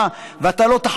היא חברה לשעבר בסיעתך,